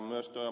tuo ed